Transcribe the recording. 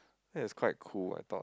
that is quite cool I thought